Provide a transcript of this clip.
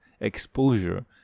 exposure